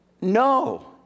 No